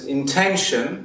intention